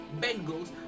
Bengals